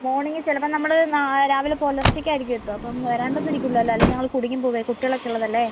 morning ചിലപ്പം നമ്മൾ നാളെ രാവിലെ പുലർച്ചയ്ക്ക് ആയിരിക്കും എത്താ അപ്പം വരാണ്ട് ഒന്നും ഇരിക്കൂല്ലല്ലോ അല്ലേ ഞങ്ങൾ കുടുങ്ങി പോവേ കുട്ടികൾ ഒക്കെ ഉള്ളത് അല്ലേ